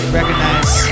recognize